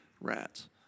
rats